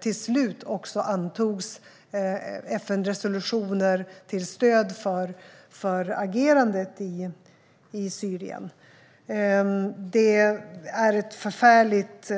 Till slut antogs FN-resolutioner till stöd för agerandet i Syrien. Det är ett förfärligt